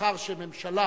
מאחר שממשלה